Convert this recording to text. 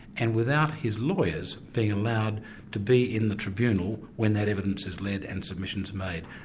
and without his lawyers being allowed to be in the tribunal when that evidence is led and submissions made.